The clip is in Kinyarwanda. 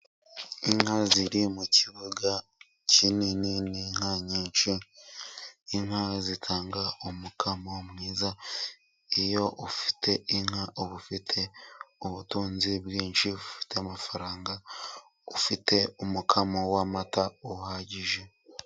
Inka ziri mu kibuga kinini ni inka nyinshi. Inka zitanga umukamo mwiza, iyo ufite inka uba ufite ubutunzi bwinshi, ufite amafaranga ufite umukamo w'amata uhagije.